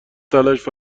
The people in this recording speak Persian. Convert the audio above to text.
تلاش